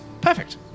perfect